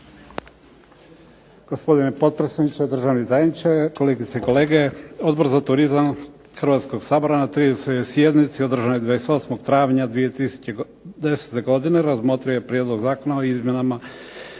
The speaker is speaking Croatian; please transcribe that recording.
Gospodine potpredsjedniče, državni tajniče, kolegice i kolege. Odbor za turizam Hrvatskog sabora na 30. sjednici održanoj 28. travnja 2010. godine razmotrio je Prijedlog zakona o izmjenama